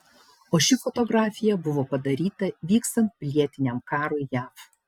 o ši fotografija buvo padaryta vykstant pilietiniam karui jav